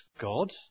God